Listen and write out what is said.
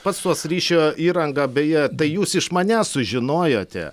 pats tuos ryšio įrangą beje tai jūs iš manęs sužinojote